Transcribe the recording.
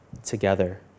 together